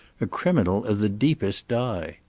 a criminal of the deepest dye.